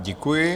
Děkuji.